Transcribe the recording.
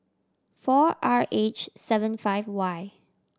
four R H seven five Y